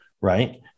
right